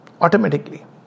automatically